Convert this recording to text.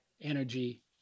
energy